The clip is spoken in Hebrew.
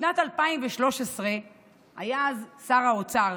בשנת 2013 היה אז שר האוצר,